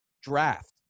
draft